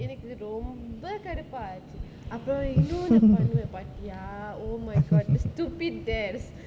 எனக்கு இது ரொம்ப கடுப்பாச்சு அப்றம் இன்னொன்னு பண்ணுவ பாத்தியா:enakku ithu romba kaduppaachu apram innonnu pannuva paathiyaa oh my god the stupid desk